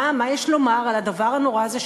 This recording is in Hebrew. מה יש לומר על הדבר הנורא הזה?